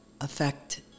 affect